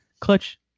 clutch